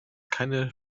keine